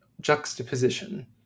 juxtaposition